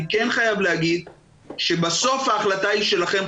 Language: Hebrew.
אני כן חייב להגיד שבסוף ההחלטה היא שלכם,